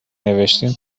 نوشتین